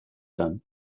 them